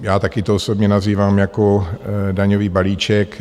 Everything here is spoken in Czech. Já také to osobně nazývám jako daňový balíček.